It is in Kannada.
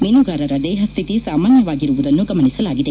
ಮೀನುಗಾರರ ದೇಹಸ್ಥಿತಿ ಸಾಮಾನ್ಲವಾಗಿರುವುದನ್ನು ಗಮನಿಸಲಾಗಿದೆ